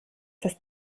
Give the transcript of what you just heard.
das